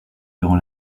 durant